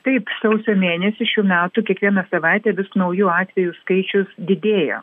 taip sausio mėnesį šių metų kiekvieną savaitę vis naujų atvejų skaičius didėja